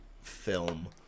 film